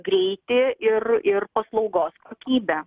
greitį ir ir paslaugos kokybę